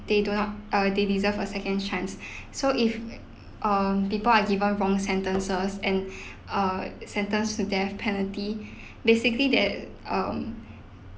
they do not uh they deserve a second chance so if uh um people are given wrong sentences and uh sentenced to death penalty basically they um